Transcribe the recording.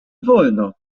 wolno